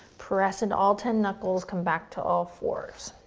press into all ten knuckles, come back to all fours.